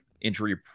injury